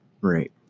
Right